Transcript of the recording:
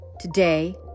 today